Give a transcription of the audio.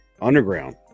underground